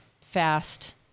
fast